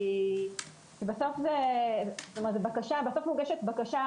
כי בסוף הבקשות לא